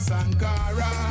Sankara